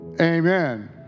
Amen